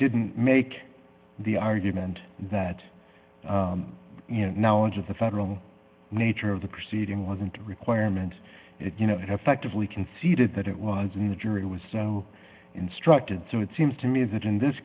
didn't make the argument that you know now edge of the federal nature of the proceeding wasn't a requirement if you know it half actively conceded that it was in the jury was so instructed so it seems to me that in this